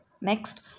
Next